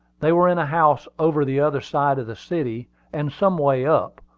they were in a house over the other side of the city, and some way up,